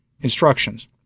instructions